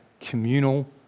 communal